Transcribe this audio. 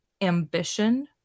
Ambition